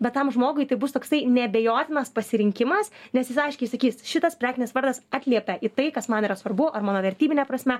bet tam žmogui tai bus toksai neabejotinas pasirinkimas nes jis aiškiai sakys šitas prekinis vardas atliepia į tai kas man yra svarbu ar mano vertybine prasme